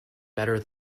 better